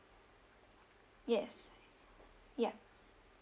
yes ya